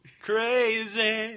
Crazy